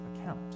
account